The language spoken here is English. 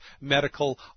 medical